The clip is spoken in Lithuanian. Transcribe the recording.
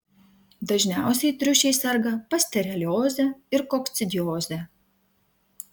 dažniausiai triušiai serga pasterelioze ir kokcidioze